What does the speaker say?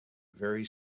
very